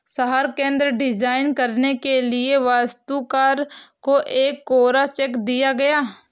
शहर केंद्र डिजाइन करने के लिए वास्तुकार को एक कोरा चेक दिया गया